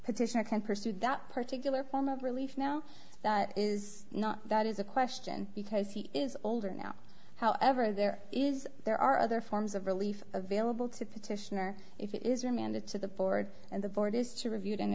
petitioner can pursue that particular form of relief now that is not that is a question because he is older now however there is there are other forms of relief available to petition or if it is remanded to the board and the board is to review don't